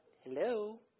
Hello